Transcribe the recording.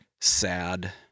sad